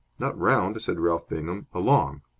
not round, said ralph bingham. along.